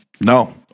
No